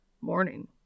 Morning